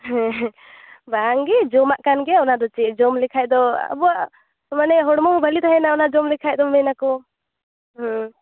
ᱦᱮᱸ ᱦᱮᱸ ᱵᱟᱝ ᱜᱮ ᱡᱚᱢᱟᱜ ᱠᱟᱱ ᱜᱮᱭᱟ ᱚᱱᱟ ᱫᱚ ᱪᱮᱫ ᱡᱚᱢ ᱞᱮᱠᱷᱟᱱ ᱫᱚ ᱟᱵᱚᱣᱟᱜ ᱢᱟᱱᱮ ᱦᱚᱲᱢᱚ ᱦᱚᱸ ᱵᱷᱟᱹᱞᱤ ᱛᱟᱦᱮᱱᱟ ᱚᱱᱟ ᱡᱚᱢ ᱞᱮᱠᱷᱟᱱ ᱫᱚ ᱢᱮᱱᱟᱠᱚ